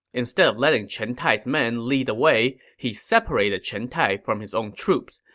instead of letting chen tai's men lead the way, he separated chen tai from his own troops.